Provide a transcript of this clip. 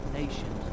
nations